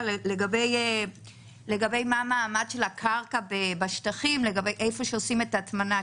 מה המעמד של הקרקע שבה עושים את ההטמנה,